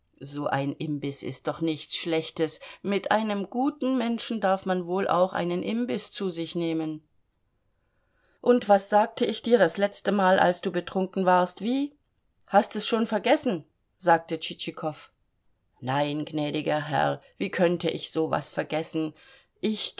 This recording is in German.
so ein imbiß ist doch nichts schlechtes mit einem guten menschen darf man wohl auch einen imbiß zu sich nehmen und was sagte ich dir das letzte mal als du betrunken warst wie hast es schon vergessen sagte tschitschikow nein gnädiger herr wie könnte ich so was vergessen ich